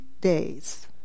days